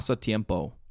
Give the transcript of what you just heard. Tiempo